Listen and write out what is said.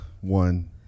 one